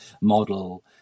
model